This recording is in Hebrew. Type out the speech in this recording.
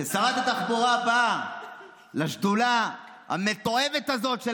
שרת התחבורה באה לשדולה המתועבת הזאת של